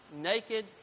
naked